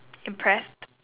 impressed